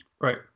Right